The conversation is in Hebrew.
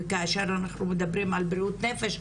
וכאשר אנחנו מדברים על בריאות נפש,